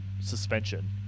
suspension